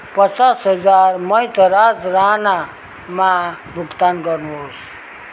पचास हजार मैतराज राणामा भुक्तान गर्नु होस्